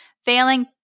failing